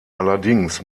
allerdings